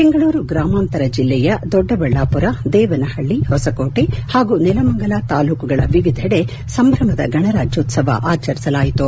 ಬೆಂಗಳೂರು ಗ್ರಾಮಾಂತರ ಜಿಲ್ಲೆಯ ದೊಡ್ಡಬಳ್ಳಾಮರ ದೇವನಹಳ್ಳಿ ಹೊಸಕೋಟೆ ಹಾಗೂ ನೆಲಮಂಗಲ ತಾಲೂಕುಗಳ ವಿವಿಧೆಡೆ ಸಂಭ್ರಮದ ಗಣರಾಜ್ಯೋತ್ಸವ ಆಚರಿಸಲಾಯಿತು